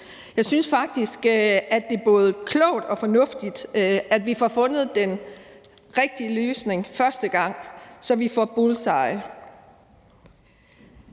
Jeg synes faktisk, at det er både klogt og fornuftigt, at vi får fundet den rigtige løsning første gang, så vi rammer bullseye.